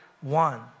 one